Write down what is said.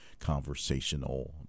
conversational